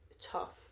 tough